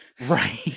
right